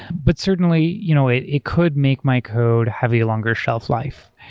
but, certainly, you know it it could make my code have a longer shelf life,